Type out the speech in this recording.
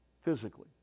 Physically